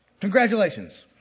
Congratulations